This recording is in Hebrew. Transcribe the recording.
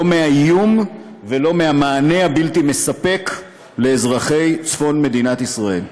לא מהאיום ולא מהמענה הבלתי-מספק לאזרחי צפון מדינת ישראל.